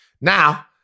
Now